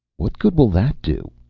what good will that do?